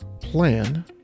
plan